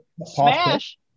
Smash